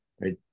right